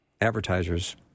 advertiser's